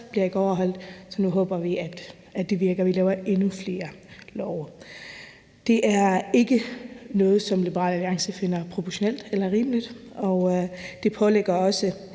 bliver ikke overholdt, så nu håber vi, at det virker, at vi laver endnu flere love. Det er ikke noget, som Liberal Alliance finder proportionelt eller rimeligt. Det pålægger også